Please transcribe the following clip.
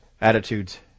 attitudes